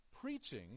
preaching